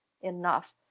enough